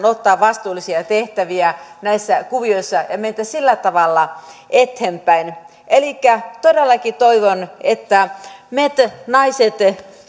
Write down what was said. ottaa vastuullisia tehtäviä näissä kuvioissa ja mentäisiin sillä tavalla eteenpäin elikkä todellakin toivon että me naiset